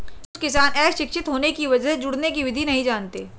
कुछ किसान अशिक्षित होने की वजह से जोड़ने की विधि नहीं जानते हैं